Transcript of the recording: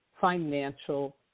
financial